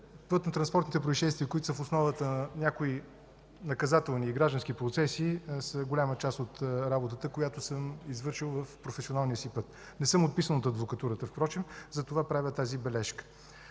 Пътнотранспортните произшествия, които са в основата на някои наказателни и граждански процеси, са голяма част от работата, която съм извършвал в професионалния си път. Впрочем, не съм отписан от адвокатурата, затова правя тази бележка.